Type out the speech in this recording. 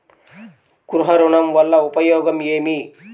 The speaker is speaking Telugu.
గృహ ఋణం వల్ల ఉపయోగం ఏమి?